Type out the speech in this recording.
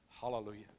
Hallelujah